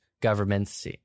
governments